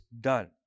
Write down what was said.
done